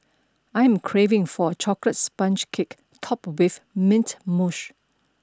I am craving for a chocolate sponge cake topped with mint mousse